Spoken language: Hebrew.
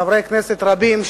חברי כנסת רבים,